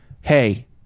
Hey